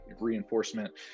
reinforcement